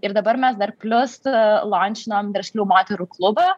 ir dabar mes dar plius lončinom verslių moterų klubą